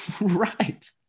Right